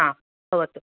भवतु